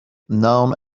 known